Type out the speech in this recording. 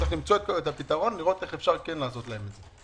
צריך למצוא את הפתרון, איך לעשות להם את זה.